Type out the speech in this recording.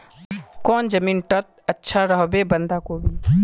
कौन जमीन टत अच्छा रोहबे बंधाकोबी?